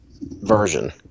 version